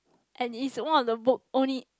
and is one of the book only